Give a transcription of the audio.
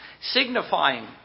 Signifying